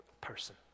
person